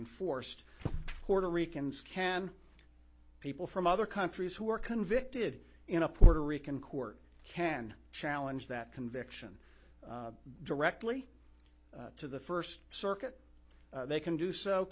enforced puerto ricans can people from other countries who are convicted in a puerto rican court can challenge that conviction directly to the first circuit they can do so